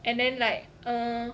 and then like err